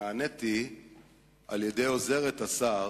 ונעניתי על-ידי עוזרת השר,